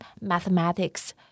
mathematics